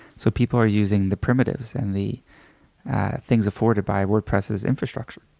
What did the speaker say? so people are using the primitives and the things afforded by wordpress's infrastructure,